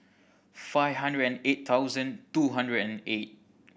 five hundred and eight thousand two hundred and eight